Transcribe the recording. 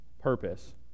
purpose